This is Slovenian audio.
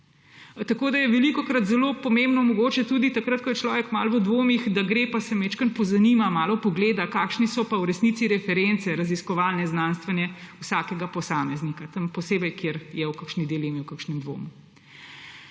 Tako je velikokrat zelo pomembno, mogoče tudi takrat, ko je človek malo v dvomih, da gre in se majčkeno pozanima, malo pogleda, kakšne so pa v resnici reference raziskovalne, znanstvene vsakega posameznika; posebej tam, kjer je v kakšni dilemi, v kakšnem dvomu.